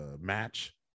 match